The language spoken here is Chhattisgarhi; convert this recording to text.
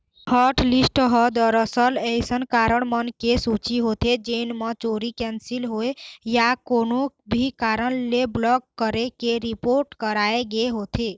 हॉटलिस्ट ह दरअसल अइसन कारड मन के सूची होथे जेन म चोरी, कैंसिल होए या कोनो भी कारन ले ब्लॉक करे के रिपोट कराए गे होथे